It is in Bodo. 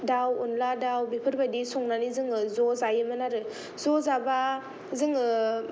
दाउ अनला दाउ बेफोरबादि संनानै जोङो ज' जायोमोन आरो ज' जाबा जोङो